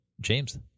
james